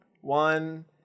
one